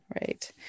Right